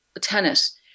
tennis